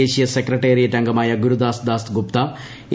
ദേശീയ സെക്രട്ടറിയേറ്റ് അംഗമായ Gurudas Dasgupta A